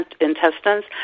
intestines